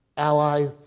ally